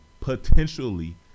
potentially